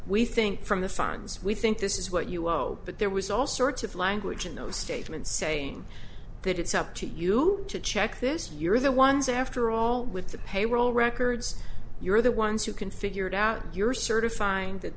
we think from the fines we think this is what you owe but there was all sorts of language in those statements saying that it's up to you who to check this you're the ones after all with the payroll records you're the ones who can figure it out you're certi